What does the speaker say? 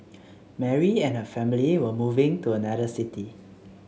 Mary and her family were moving to another city